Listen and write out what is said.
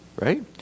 right